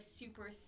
super